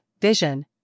vision